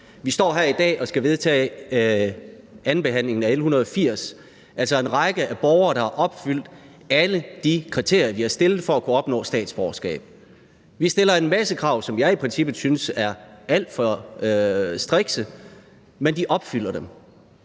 Vi står her i dag ved andenbehandlingen af L 180, der handler om en række borgere, der har opfyldt alle de kriterier, vi har stillet, for at kunne opnå statsborgerskab. Vi stiller en masse krav, som jeg i princippet synes er alt for strikse, men de opfylder dem.